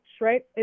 right